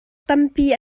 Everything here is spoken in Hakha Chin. tampi